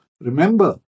Remember